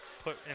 put